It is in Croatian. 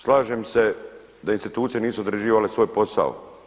Slažem se da institucije nisu odrađivale svoj posao.